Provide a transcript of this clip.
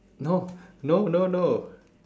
no no no no